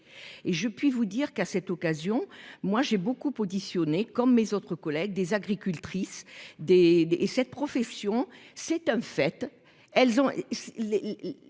et je puis vous dire qu'à cette occasion, moi j'ai beaucoup auditionné comme mes autres collègues des agricultrices des cette profession, c'est un fait